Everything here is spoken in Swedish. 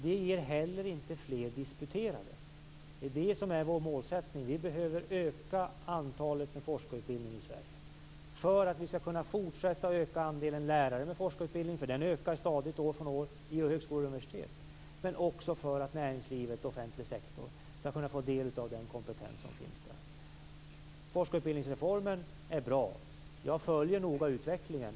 Det ger heller inte fler disputerade, vilket är vår målsättning. Vi behöver öka antalet forskarutbildade i Sverige för att kunna fortsätta att öka andelen lärare med forskarutbildning eftersom behovet stadigt ökar år från år vid högskolor och universitet, men också för att näringsliv och offentlig sektor skall kunna få del av den kompetens som de har. Forskarutbildningsreformen är bra. Jag följer noga utvecklingen.